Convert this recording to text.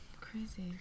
Crazy